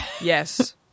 Yes